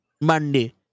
Monday